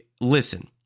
listen